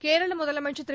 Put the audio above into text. கேரள முதலமைச்ச் திரு